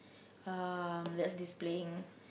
um that's displaying